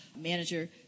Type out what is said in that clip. manager